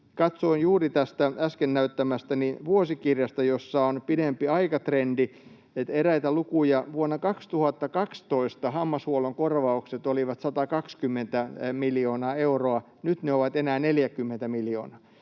Katsoin juuri tästä äsken näyttämästäni vuosikirjasta, jossa on pidempi aikatrendi, eräitä lukuja. Vuonna 2012 hammashuollon korvaukset olivat 120 miljoonaa euroa, nyt ne ovat enää 40 miljoonaa,